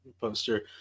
poster